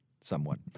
somewhat